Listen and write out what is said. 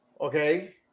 Okay